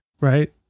right